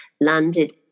landed